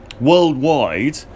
worldwide